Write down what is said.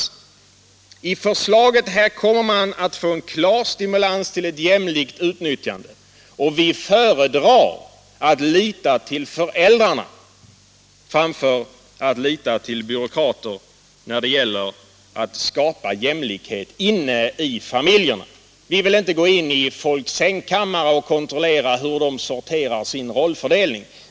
Men med förslaget kommer det att bli en klar stimulans till ett jämlikt utnyttjande. Och vi föredrar att lita till föräldrarna framför att lita till byråkrater när det gäller att skapa jämlikhet inne i familjerna. Vi vill inte gå in i folks sängkamrar och kontrollera deras rollfördelning.